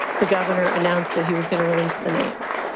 the governor announced that he was going to release the names.